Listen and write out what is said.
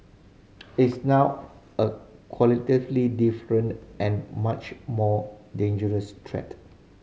it's now a qualitatively different and much more dangerous threat